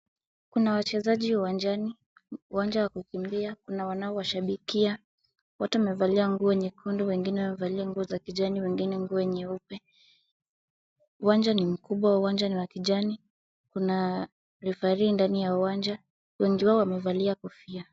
Kuna wachezaji uwanjani, uwanja wa kukimbia, kuna wanaowashabikia. Wote wamevalia nguo nyekundu, wengine wamevalia nguo za kijani, wengine nguo nyeupe. Uwanja ni mkubwa, uwanja ni wa kijani. Kuna referee ndani ya uwanja, wengi wao wamevalia kofia.